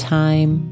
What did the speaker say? time